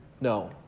no